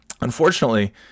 unfortunately